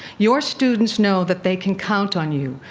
your students know that they can count on you,